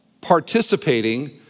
participating